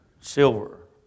silver